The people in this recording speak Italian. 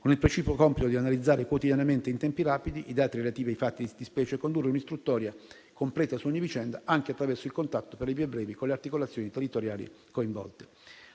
con il precipuo compito di analizzare quotidianamente, in tempi rapidi, i dati relativi ai fatti di specie e condurre un'istruttoria completa su ogni vicenda, anche attraverso il contatto per le vie brevi con le articolazioni territoriali coinvolte.